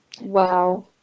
Wow